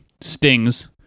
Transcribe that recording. stings